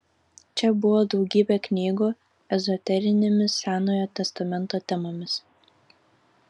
čia buvo daugybė knygų ezoterinėmis senojo testamento temomis